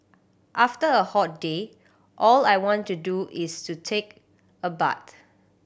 after a hot day all I want to do is to take a bath